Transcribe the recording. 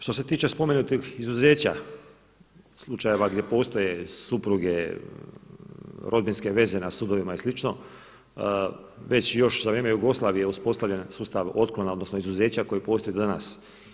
Što se tiče spomenutih izuzeća, slučajeva gdje postoje supruge, rodbinske veze na sudovima i slično već još i za vrijeme Jugoslavije je uspostavljen sustav otklona, odnosno izuzeća koji postoji do danas.